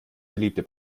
beliebte